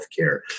healthcare